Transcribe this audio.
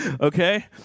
okay